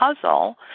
puzzle